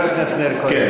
חבר הכנסת מאיר כהן.